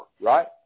Right